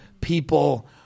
people